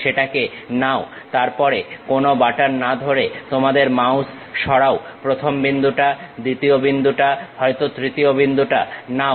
সেটাকে নাও তারপরে কোনো বাটন না ধরে তোমাদের মাউস সরাও প্রথম বিন্দুটা দ্বিতীয় বিন্দুটা হয়তো তৃতীয় বিন্দুটা নাও